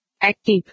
Active